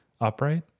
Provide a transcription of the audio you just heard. upright